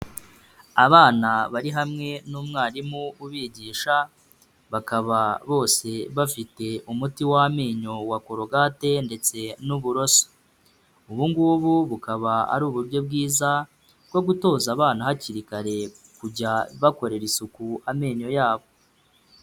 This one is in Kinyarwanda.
Abana bari hamwe n'umwarimu ubigisha, bakaba bose bafite umuti w'amenyo wa korogate ndetse n'uburoso, ubu ngubu bukaba ari uburyo bwiza bwo gutoza abana hakiri kare kujya bakorera isuku amenyo yabo.